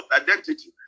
identity